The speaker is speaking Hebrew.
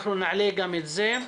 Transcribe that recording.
אנחנו נעלה גם את זה.